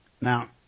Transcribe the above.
Now